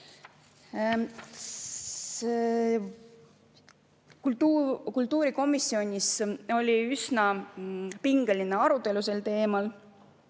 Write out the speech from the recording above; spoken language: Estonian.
Kultuurikomisjonis oli üsna pingeline arutelu sel teemal.